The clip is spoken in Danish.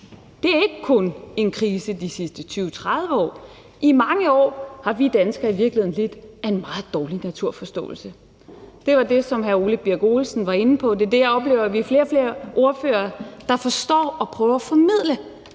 Det er ikke kun en krise de sidste 20-30 år. I mange år har vi danskere i virkeligheden lidt af en meget dårlig naturforståelse. Det var det, som hr. Ole Birk Olesen var inde på. Det er det, jeg oplever at vi er flere og flere ordførere der forstår og prøver at formidle.